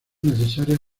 necesaria